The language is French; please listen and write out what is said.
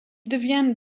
devient